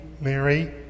Mary